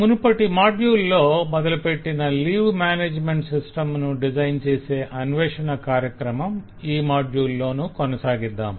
మునుపటి మాడ్యుల్ లో మొదలుపెట్టిన లీవ్ మేనేజ్మెంట్ సిస్టం ను డిజైన్ చేసే అన్వేషణ కార్యక్రమం ఈ మాడ్యుల్ లోనూ కొనసాగిద్దాం